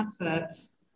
adverts